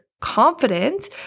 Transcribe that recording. confident